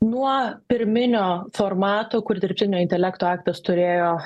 nuo pirminio formato kur dirbtinio intelekto aktas turėjo